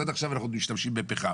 עד עכשיו אנחנו עוד משתמשים בפחם.